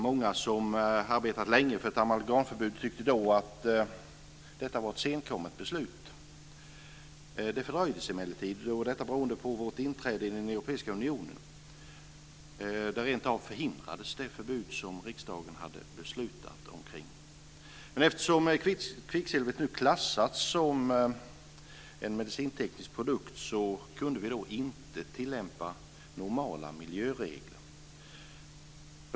Många som arbetat länge för ett amalgamförbud tyckte då att detta var ett senkommet beslut. Det fördröjdes emellertid beroende på vårt inträde i den europeiska unionen. Det förbud som riksdagen hade beslutat om förhindrades rentav. Men eftersom kvicksilvret klassats som en medicinteknisk produkt kunde vi inte tillämpa normala miljöregler.